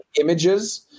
images